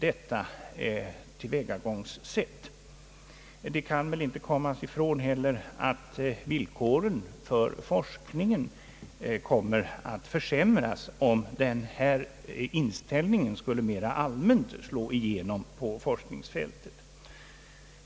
Man kan väl inte heller komma ifrån att villkoren för forskningen kommer att försämras om denna inställning mera allmänt skulle slå igenom på forskningsfältet.